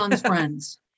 friends